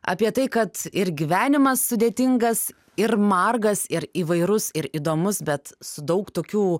apie tai kad ir gyvenimas sudėtingas ir margas ir įvairus ir įdomus bet su daug tokių